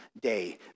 day